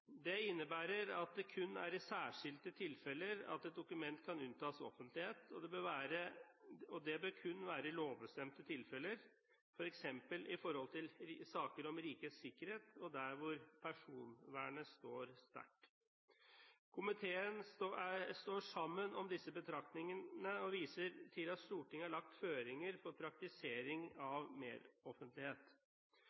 Det innebærer at det kun er i særskilte tilfeller at et dokument kan unntas offentlighet, og det bør kun være i lovbestemte tilfeller, f.eks. når det gjelder saker om rikets sikkerhet og der hvor personvernet står sterkt. Komiteen står sammen om disse betraktningene og viser til at Stortinget har lagt føringer for praktisering